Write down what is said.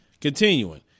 Continuing